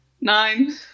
Nine